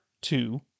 two